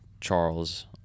Charles